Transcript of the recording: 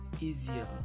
easier